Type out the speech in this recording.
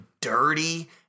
dirty